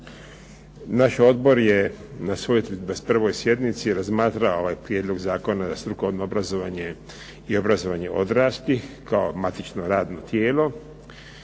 Naš odbor je na svojoj 21. sjednici razmatrao ovaj Prijedlog zakona o Agenciji za strukovno obrazovanje i obrazovanje odraslih kao matično radno tijelo.